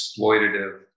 exploitative